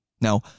Now